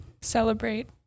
Celebrate